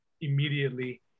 immediately